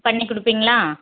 பண்ணிக் கொடுப்பீங்களா